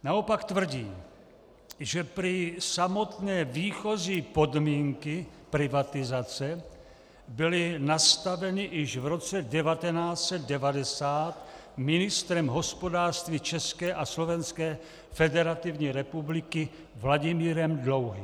Naopak tvrdí, že prý samotné výchozí podmínky privatizace byly nastaveny již v roce 1990 ministrem hospodářství České a Slovenské Federativní Republiky Vladimírem Dlouhým.